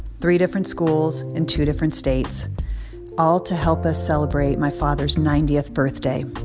three different schools in two different states all to help us celebrate my father's ninetieth birthday.